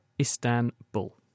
Istanbul